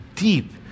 deep